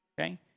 Okay